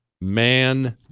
Man